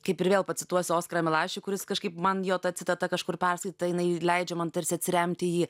kaip ir vėl pacituosiu oskarą milašių kuris kažkaip man jo ta citata kažkur perskaityta jinai leidžia man tarsi atsiremti į jį